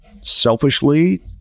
Selfishly